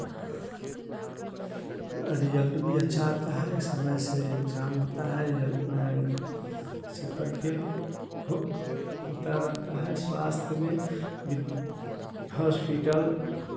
result भी अच्छा आता है समय से एग्जाम होता है जल्द सब करके हु होता रहता है स्वास्थ में भी हॉस्पिटल